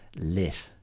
lit